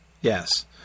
Yes